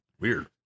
Weird